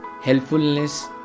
helpfulness